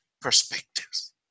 perspectives